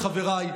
חבריי,